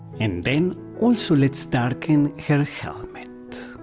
and then, also let's darken her helmet.